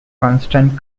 constant